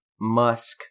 musk